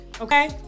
okay